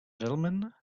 gentlemen